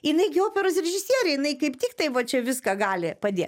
jinai gi operos režisierė jinai kaip tik tai va čia viską gali padėt